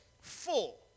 full